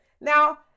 Now